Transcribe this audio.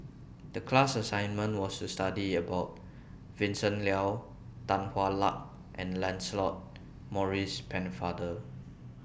The class assignment was to study about Vincent Leow Tan Hwa Luck and Lancelot Maurice Pennefather